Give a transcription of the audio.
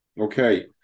Okay